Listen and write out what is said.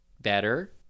better